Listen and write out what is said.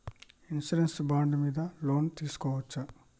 Insurance bond మీద loan తీస్కొవచ్చా?